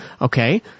Okay